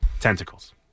tentacles